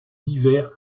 divers